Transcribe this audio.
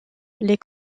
les